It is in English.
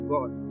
God